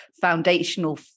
foundational